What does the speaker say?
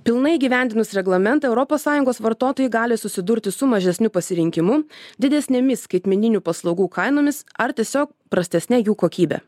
pilnai įgyvendinus reglamentą europos sąjungos vartotojai gali susidurti su mažesniu pasirinkimu didesnėmis skaitmeninių paslaugų kainomis ar tiesiog prastesne jų kokybe